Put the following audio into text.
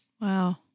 Wow